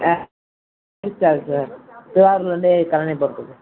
ஆ எவ்வளோ சார்ஜ் வரும் திருவாரூர்லேருந்து கல்லணை போகிறதுக்கு